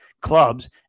clubs